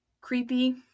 creepy